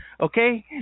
Okay